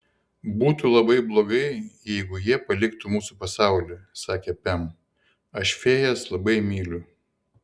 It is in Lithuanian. būtų labai blogai jeigu jie paliktų mūsų pasaulį sakė pem aš fėjas labai myliu